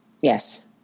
Yes